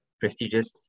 prestigious